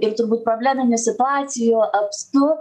ir turbūt probleminių situacijų apstu